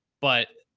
but.